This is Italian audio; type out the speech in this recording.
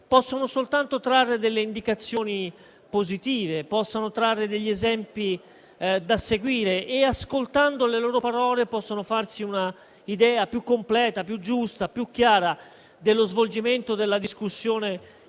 possono soltanto trarre delle indicazioni positive, degli esempi da seguire e, ascoltando le loro parole, possono farsi una idea più completa, più giusta, più chiara dello svolgimento della discussione